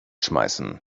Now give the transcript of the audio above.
schmeißen